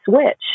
switch